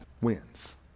wins